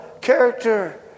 character